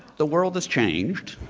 the world has changed.